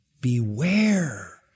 Beware